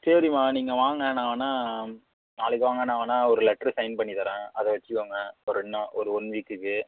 சரிம்மா நீங்கள் வாங்க நான் வேணுனா நாளைக்கு வாங்க நான் வேணுனா ஒரு லெட்ரு சைன் பண்ணித்தர்றேன் அதை வைச்சிக்கோங்க ஒரு ரெண்டு நாள் ஒரு ஒன் வீக்குக்கு